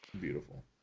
Beautiful